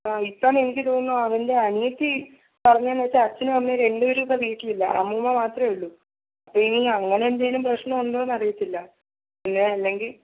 ആ ഇപ്പം എനിക്ക് തോന്നുന്നു അവൻ്റെ അനിയത്തി പറഞ്ഞത് വച്ചാൽ അച്ഛനും അമ്മയും രണ്ടുപേരും ഇപ്പോൾ വീട്ടിൽ ഇല്ല അമ്മൂമ്മ മാത്രമേ ഉള്ളു അപ്പോൾ ഇനി അങ്ങനെ എന്തെങ്കിലും പ്രശ്നമുണ്ടോ എന്നറിയത്തില്ല പിന്നെ അല്ലെങ്കിൽ